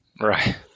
Right